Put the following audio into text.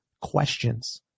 Questions